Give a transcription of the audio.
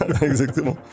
exactement